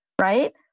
right